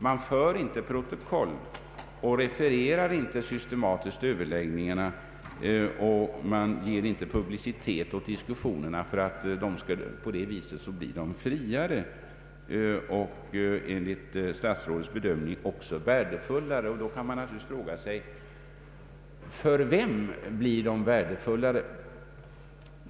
Man för inte protokoll, refererar inte systematiskt sina överläggningar och ger inte publicitet åt diskussionerna med motiveringen att de därigenom blir friare och enligt statsrådets bedömning också värdefullare. Då kan man ju fråga sig för vem diskussionerna blir värdefullare.